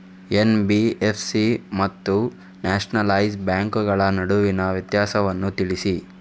NBFC ಮತ್ತು nationalise ಬ್ಯಾಂಕುಗಳ ನಡುವಿನ ವ್ಯತ್ಯಾಸವನ್ನು ತಿಳಿಸಿ?